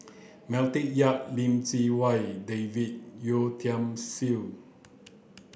Matthew Yap Lim Chee Wai David Yeo Tiam Siew